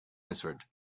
answered